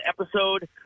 episode –